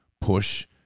push